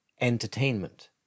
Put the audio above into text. Entertainment